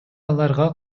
аларга